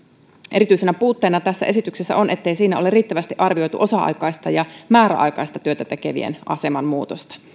erityisenä puutteena tässä esityksessä on ettei siinä ole riittävästi arvioitu osa aikaista ja määräaikaista työtä tekevien aseman muutosta